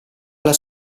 alla